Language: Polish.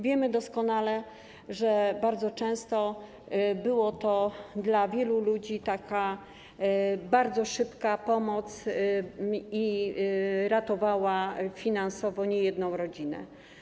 Wiemy doskonale, że bardzo często była to dla wielu ludzi taka bardzo szybka pomoc i ratowała finansowo niejedną rodzinę.